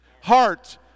Heart